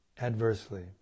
adversely